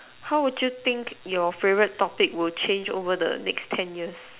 how would you think your favourite topic will change over the next ten years